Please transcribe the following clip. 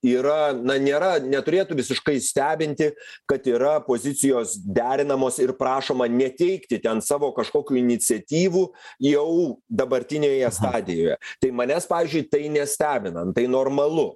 yra na nėra neturėtų visiškai stebinti kad yra pozicijos derinamos ir prašoma neteikti ten savo kažkokių iniciatyvų jau dabartinėje stadijoje tai manęs pavyzdžiui tai nestebina nu tai normalu